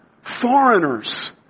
Foreigners